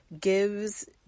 gives